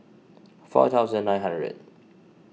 four thousand nine hundred